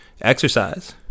exercise